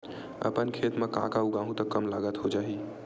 अपन खेत म का का उगांहु त कम लागत म हो जाही?